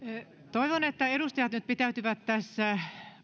toivon että edustajat nyt pitäytyvät tässä